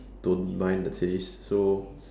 don't mind the taste so